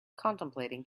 contemplating